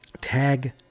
tag